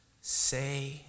Say